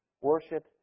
Worship